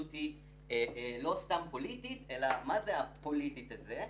ההתנגדות היא לא סתם פוליטית אלא מה זה הפוליטית הזאת?